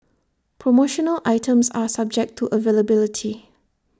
promotional items are subject to availability